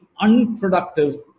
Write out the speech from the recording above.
unproductive